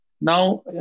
Now